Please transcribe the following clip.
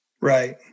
Right